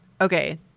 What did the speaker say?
Okay